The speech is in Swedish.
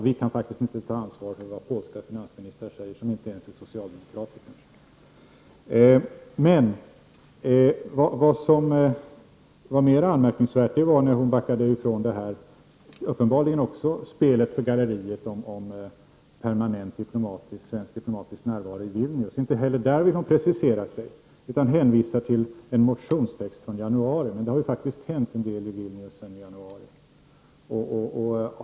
Vi kan faktiskt inte ta ansvar för vad som sägs av polska finansministrar som inte ens är socialdemokrater. Mera anmärkningsvärt var när hon backade ifrån talet om permanent diplomatisk närvaro i Vilnius. Inte heller där ville hon precisera sig utan hänvisade till en motionstext från januari. Men det har faktiskt hänt en del i Vilnius sedan i januari.